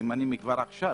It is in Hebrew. זה כבר עכשיו